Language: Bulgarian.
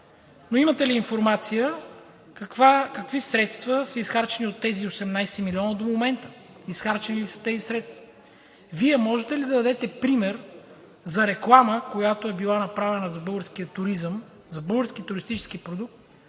Но имате ли информация какви средства са изхарчени от тези 18 милиона до момента, изхарчени ли са тези средства? Вие можете ли да дадете пример за реклама, която е била направена за българския туризъм, за български туристически продукт